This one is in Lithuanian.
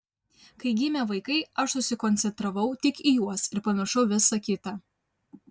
kai gimė vaikai aš susikoncentravau tik į juos ir pamiršau visa kita